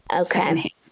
Okay